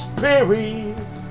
Spirit